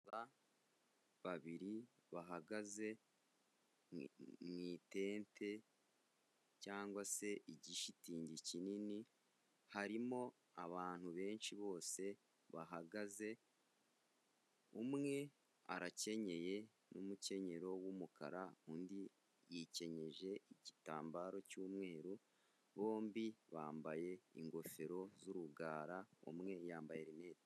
Abasaza babiri bahagaze mu itente cyangwa se igishitingi kinini, harimo abantu benshi bose bahagaze, umwe arakenyeye n'umukenyero w'umukara, undi yikenyeje igitambaro cy'umweru, bombi bambaye ingofero z'urugara umwe yambaye rinete.